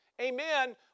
amen